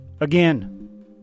again